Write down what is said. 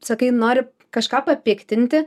sakai nori kažką papiktinti